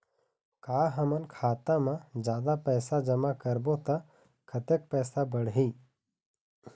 का हमन खाता मा जादा पैसा जमा करबो ता कतेक पैसा बढ़ही?